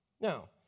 Now